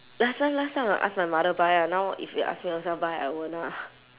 last time last time I ask my mother buy ah now if you ask me ownself buy I won't ah